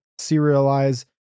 serialize